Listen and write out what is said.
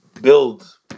build